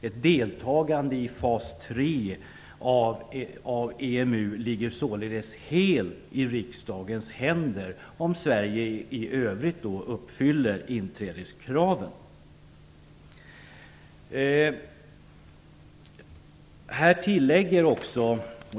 Ett deltagande i fas 3 av EMU ligger således helt i riksdagens händer, om Sverige i övrigt uppfyller inträdeskraven.